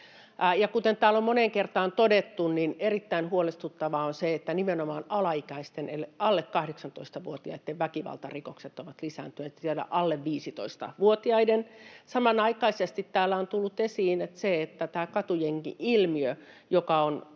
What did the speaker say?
kuten täällä on moneen kertaan todettu, niin erittäin huolestuttavaa on se, että nimenomaan alaikäisten eli alle 18-vuotiaitten väkivaltarikokset ovat lisääntyneet, ja vielä alle 15-vuotiaiden. Samanaikaisesti täällä on tullut esiin se, että tässä katujengi-ilmiössä, joka on